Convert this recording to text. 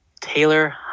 Taylor